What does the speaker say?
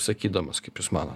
sakydamas kaip jūs manot